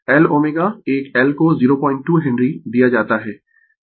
तो ω 40 है तो एक L ω एक L को 02 हेनरी दिया जाता है